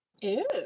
Ew